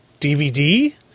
DVD